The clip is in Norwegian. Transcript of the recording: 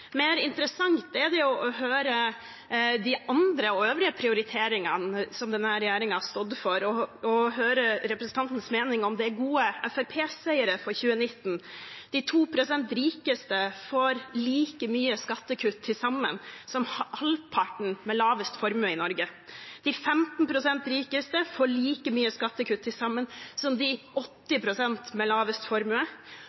Mer interessant er det å høre om de andre og øvrige prioriteringene som denne regjeringen har stått for, og høre om representanten mener det er gode Fremskrittsparti-seire for 2019. De 2 pst. rikeste får like mye i skattekutt til sammen som halvparten av dem med lavest formue i Norge, de 15 pst. rikeste får like mye i skattekutt til sammen som de 80